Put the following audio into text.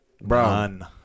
None